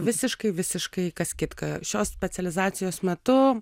visiškai visiškai kas kita šios specializacijos metu